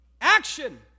Action